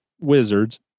wizards